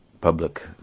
public